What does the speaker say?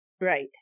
Right